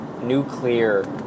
nuclear